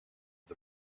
the